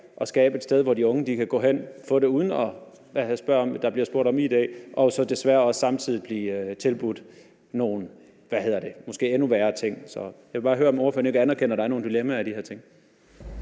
at skabe et sted, hvor de unge kan gå hen og få det, uden at der bliver spurgt om id, og samtidig blive tilbudt nogle måske endnu værre ting? Så jeg vil bare høre, om ordføreren ikke anerkender, at der er nogle dilemmaer i de her ting?